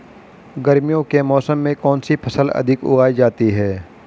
गर्मियों के मौसम में कौन सी फसल अधिक उगाई जाती है?